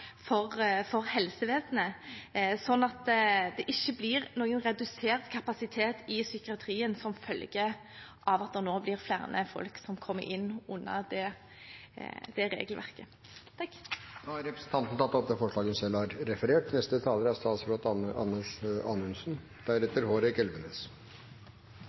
for helsevesenet, slik at det ikke blir noen redusert kapasitet i psykiatrien som følge av at det nå blir flere folk som kommer inn under dette regelverket. Representanten Iselin Nybø har tatt opp det forslaget hun